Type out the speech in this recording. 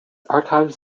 archives